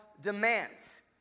demands